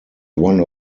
one